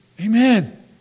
Amen